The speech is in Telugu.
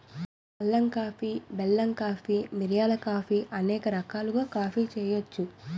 అల్లం కాఫీ బెల్లం కాఫీ మిరియాల కాఫీ అనేక రకాలుగా కాఫీ చేయొచ్చు